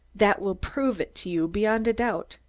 that will prove it to you beyond a doubt.